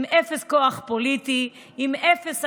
עם אפס כוח פוליטי, עם אפס הנהגה,